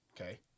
Okay